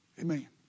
Amen